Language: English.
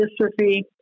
dystrophy